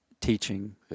teaching